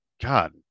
god